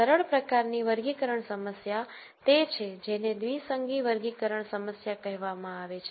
સરળ પ્રકારની વર્ગીકરણ સમસ્યા તે છે જેને દ્વિસંગી વર્ગીકરણ કહેવામાં આવે છે